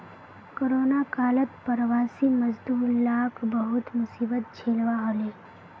corona कालत प्रवासी मजदूर लाक बहुत मुसीबत झेलवा हले